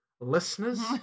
listeners